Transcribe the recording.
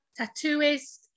tattooist